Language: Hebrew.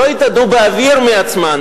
הן לא התאדו באוויר מעצמן.